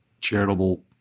charitable